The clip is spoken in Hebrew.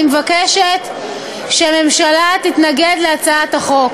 אני מבקשת שהכנסת תתנגד להצעת החוק.